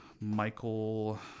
Michael